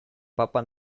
papa